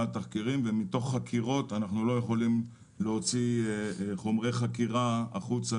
ומתוך חקירות אנחנו לא יכולים להוציא חומרי חקירה החוצה